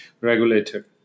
regulator